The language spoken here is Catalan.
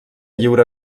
lliure